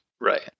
Right